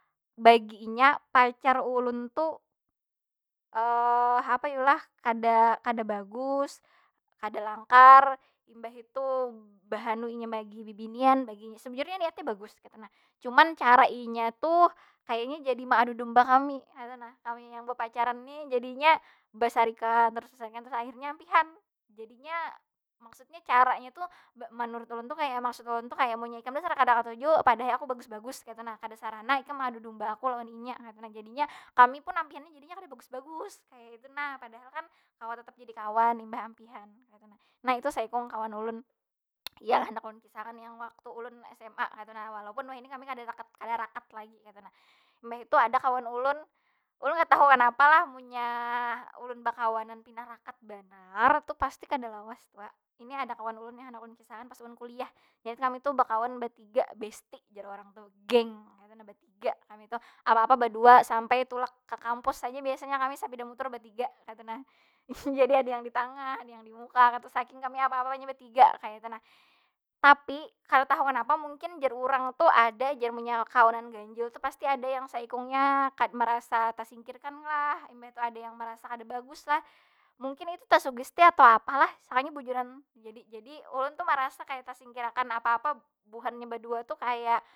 Bagi inya pacar ulun tu apa yu lah? Kada, kada bagus, kada langkar, imbah itu bah anu inya bibinian. Bagi, sabujurnya niatnya bagus kaytu nah. Cuman cara inya tu kayanya jadi maadu domba kami, kami yang bapacaran ni jadi inya, basarikan tarus basarikan tarus akhirnya ampihan. Jadi inya caranya tu manurut ulun tu kaya maksud ulun tu kaya, munnya ikam ni dasar kada katuju padahi aku bagus bagus kaytu nah. kada sarana ikam maadu domba aku lawan inya kaytu nah. Jadinya kami pun ampihannya jadinya kada bagus bagus kaytu nah. Padahal kan kawa tetap jadi kawan imbah amapihan kaytu nah. Nah itu saikung kawan ulun yang handak ulun kisah akan yang waktu ulun sma kaytu nah. Walaupun wahini kami kada deket, kada rakat lagi kaytu nah. Mbah itu ada kawan ulun, ulun kada tahu kanapa lah munnya ulun bakawanan pina rakat banar, tu pasti kada lawas jua. Ini ada kawan ulun yang handak ulun kisah akan pas ulun kuliah. Jadi kami tu bakawan batiga, besti jar urang tuh, geng kaytu nah batiga. kami tuh. Apa apa badua, sampai tulak ka kampus aja kami biasanya sapida mutur batiga, kaytu nah. jadi ada yang di tangah, ada yang di muka kaytu, saking kami apa- apanya batiga kaytu nah. Tapi kada tahu kenapa, mungkin jar urang tu ada jar munnya bekawanan ganjil tu pasti ada yang saikungnya marasa tasingkirkan kah, imbha tu ada yang merasa kada bagus lah, mungkin itu tasugesti atau apa lah, sakalinya bujuran. Jadi jadi ulun tu marasa tasingkir akan apa- apa buhannya badua tuh kaya.